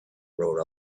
wrote